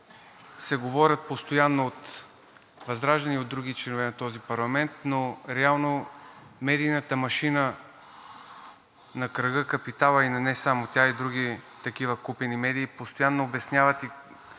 се говорят постоянно от ВЪЗРАЖДАНЕ и от други членове на този парламент, но реално медийната машина на кръга „Капитал“, не само тя – и други такива купени медии, постоянно обясняват и